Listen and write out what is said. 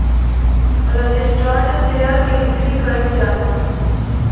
registered share के बिक्री कईल जाला